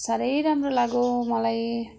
साह्रै राम्रो लाग्यो मलाई